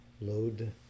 load